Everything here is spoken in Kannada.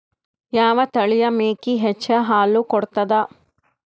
ಯಾವ ತಳಿಯ ಮೇಕಿ ಹೆಚ್ಚ ಹಾಲು ಕೊಡತದ?